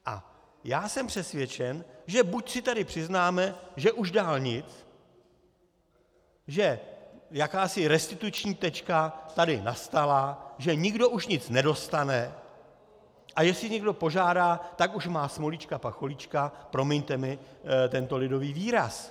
A jsem přesvědčen, že buď si tady přiznáme, že už dál nic, že jakási restituční tečka tady nastala, že nikdo už nic nedostane, a jestli někdo požádá, tak už má Smolíčka Pacholíčka, promiňte mi tento lidový výraz.